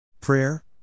Prayer